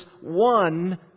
one